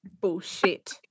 bullshit